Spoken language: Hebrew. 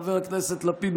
חבר הכנסת לפיד,